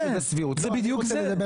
זאת הסוגייה.